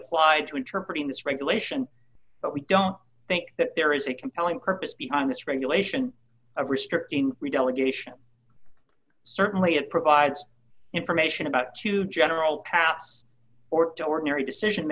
applied to interpreting this regulation but we don't think that there is a compelling purpose behind this regulation of restricting we don't certainly it provides information about to general katz or to ordinary decision